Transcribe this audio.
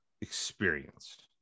experienced